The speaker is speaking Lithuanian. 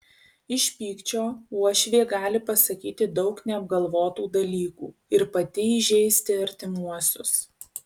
iš pykčio uošvė gali pasakyti daug neapgalvotų dalykų ir pati įžeisti artimuosius